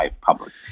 public